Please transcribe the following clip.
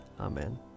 Amen